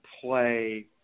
play